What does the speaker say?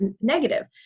negative